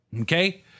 Okay